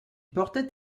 portait